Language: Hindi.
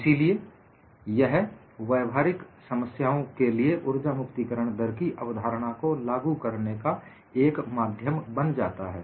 इसीलिए यह व्यवहारिक समस्याओं के लिए ऊर्जा मुक्तिकरण दर की अवधारणा को लागू करने का एक माध्यम बन जाता है